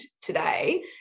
today